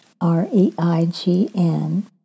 R-E-I-G-N